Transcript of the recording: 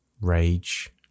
Rage